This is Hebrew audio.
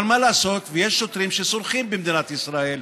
אבל מה לעשות שיש שוטרים שסורחים במדינת ישראל?